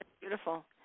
Beautiful